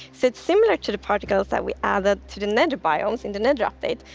so it's similar to the particles that we added to the nether biomes in the nether update.